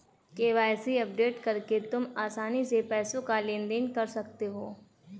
KYC update करके तुम आसानी से पैसों का लेन देन कर सकते हो